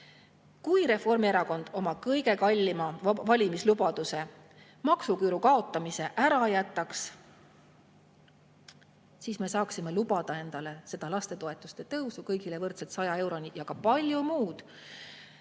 Kui Reformierakond oma kõige kallima valimislubaduse, maksuküüru kaotamise ära jätaks, siis me saaksime lubada endale lapsetoetuse tõusu kõigile võrdselt 100 euroni ja ka palju muud.